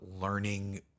learning